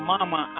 Mama